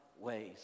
ways